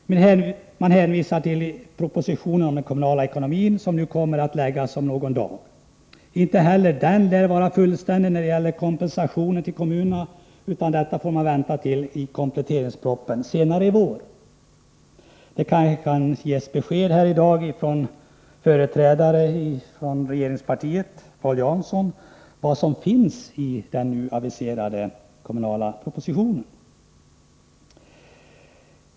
Man hänvisar till propositionen om den kommunala ekonomin, som kommer att framläggas om någon dag. Inte heller den lär emellertid vara fullständig när det gäller kompensationen till kommunerna, utan detta får man vänta med tills kompletteringspropositionen redovisas senare i vår. Det kanske kan ges besked här i dag från en företrädare för regeringspartiet som Paul Jansson om vad som finns i den aviserade kommunala propositionen.